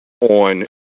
on